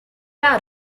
out